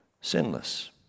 sinless